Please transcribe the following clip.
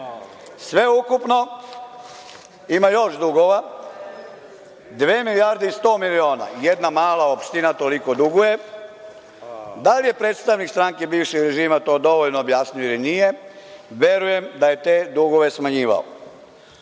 Sve ukupno, ima još dugova, dve milijarde i 100 miliona, jedna mala opština toliko duguje. Da li je predstavnik stranke bivšeg režima to dovoljno objasnio ili nije, verujem da je te dugove smanjivao. Kako